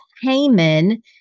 Haman